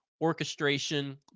orchestration